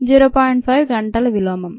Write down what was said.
5 గంటల విలోమం